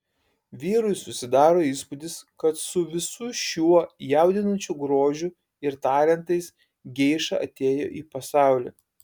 vyrui susidaro įspūdis kad su visu šiuo jaudinančiu grožiu ir talentais geiša atėjo į pasaulį